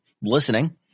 listening